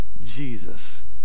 Jesus